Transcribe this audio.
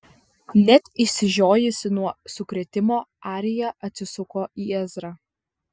net išsižiojusi nuo sukrėtimo arija atsisuko į ezrą